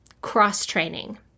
cross-training